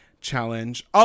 challenge